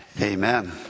Amen